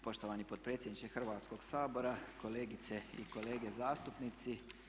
Poštovani potpredsjedniče Hrvatskog sabora, kolegice i kolege zastupnici.